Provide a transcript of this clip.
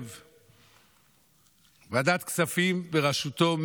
ועדת הכספים בראשותו,